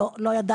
לא, לא ידעתי.